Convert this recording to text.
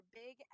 big